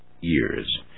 years